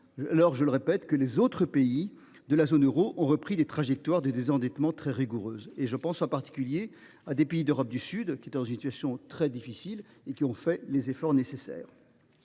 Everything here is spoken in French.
que – je le répète – les autres États de la zone euro ont repris des trajectoires de désendettement très rigoureuses. Je pense en particulier à plusieurs pays d’Europe du Sud, qui se trouvaient dans des situations très difficiles et qui ont fait les efforts nécessaires.